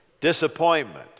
disappointment